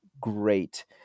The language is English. great